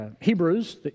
Hebrews